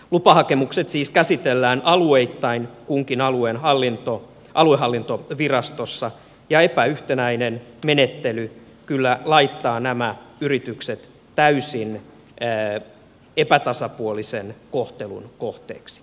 lupahakemukset siis käsitellään alueittain kunkin alueen aluehallintovirastossa ja epäyhtenäinen menettely kyllä laittaa nämä yritykset täysin epätasapuolisen kohtelun kohteeksi